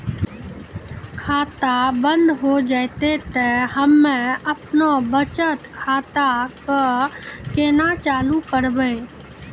खाता बंद हो जैतै तऽ हम्मे आपनौ बचत खाता कऽ केना चालू करवै?